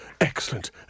Excellent